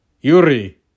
Yuri